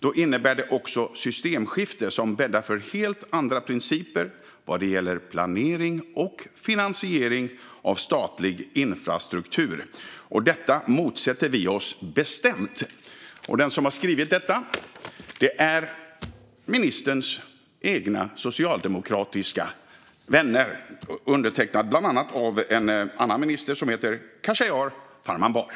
Då innebär det också ett systemskifte som bäddar för helt andra principer vad gäller planering och finansiering av statlig infrastruktur. Detta motsätter vi oss bestämt. De som har skrivit detta är ministerns egna socialdemokratiska vänner. Undertecknare är bland annat en annan minister som heter Khashayar Farmanbar.